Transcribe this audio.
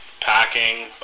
Packing